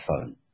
phone